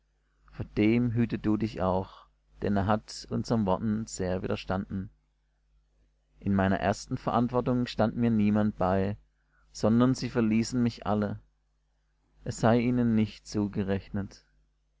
vor dem hüte du dich auch denn er hat unsern worten sehr widerstanden in meiner ersten verantwortung stand mir niemand bei sondern sie verließen mich alle es sei ihnen nicht zugerechnet